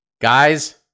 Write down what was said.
Guys